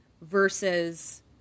versus